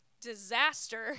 disaster